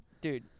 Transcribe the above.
Dude